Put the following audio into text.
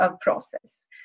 process